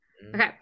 okay